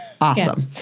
awesome